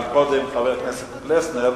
בבקשה, חבר הכנסת פלסנר.